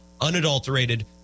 unadulterated